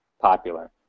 popular